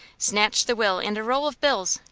snatched the will and a roll of bills,